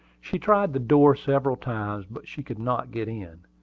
she tried the door several times, but she could not get in.